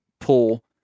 pull